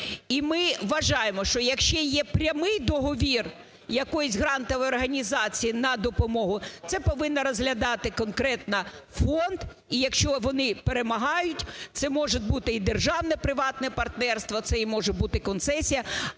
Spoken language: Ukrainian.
І, ми вважаємо, що, якщо є прямий договір якоїсь грантової організації на допомогу, це повинен розглядати конкретно фонд і, якщо вони перемагають, це може бути і державне приватне партнерство, це і може бути концесія,